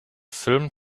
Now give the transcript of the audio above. film